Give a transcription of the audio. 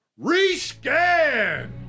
Rescan